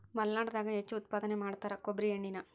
ಮಲ್ನಾಡದಾಗ ಹೆಚ್ಚು ಉತ್ಪಾದನೆ ಮಾಡತಾರ ಕೊಬ್ಬ್ರಿ ಎಣ್ಣಿನಾ